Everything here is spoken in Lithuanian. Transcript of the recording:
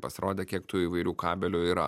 pasirodė kiek tų įvairių kabelių yra